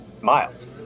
mild